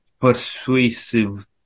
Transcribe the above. persuasive